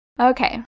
Okay